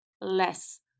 less